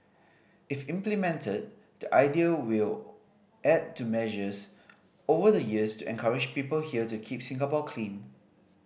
if implemented the idea will add to measures over the years to encourage people here to keep Singapore clean